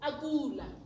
Agula